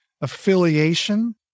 affiliation